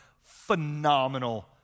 phenomenal